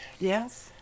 Yes